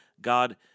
God